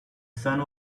sun